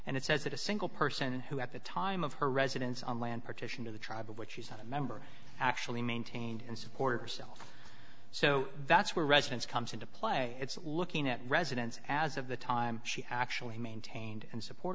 and it says that a single person who at the time of her residence on land partition to the tribe which she's not a member actually maintained and support herself so that's where residence comes into play it's looking at residence as of the time she actually maintained and support